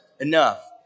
enough